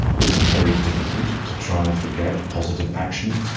it's very difficult to try and forget positive action